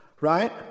right